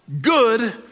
good